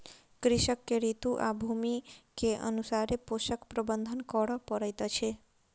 कृषक के ऋतू आ भूमि के अनुसारे पोषक प्रबंधन करअ पड़ैत अछि